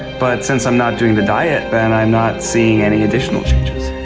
but since i'm not doing the diet, then i'm not seeing any additional changes.